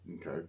Okay